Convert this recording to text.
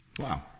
Wow